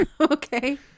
Okay